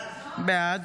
בעד